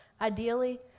ideally